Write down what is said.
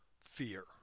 fear